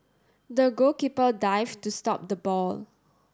the goalkeeper dived to stop the ball